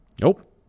Nope